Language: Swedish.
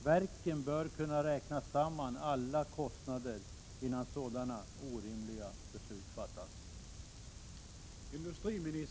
Verken bör kunna räkna samman alla kostnader innan sådana orimliga beslut fattas.